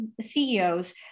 CEOs